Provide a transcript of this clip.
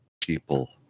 people